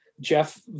Jeff